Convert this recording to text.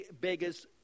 beggar's